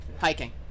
Hiking